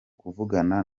kuvugana